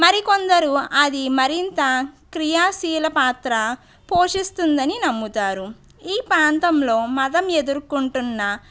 మరికొందరు అది మరింత క్రియాశీల పాత్ర పోషిస్తుందని నమ్ముతారు ఈ ప్రాంతంలో మదం ఎదుర్కొంటున్న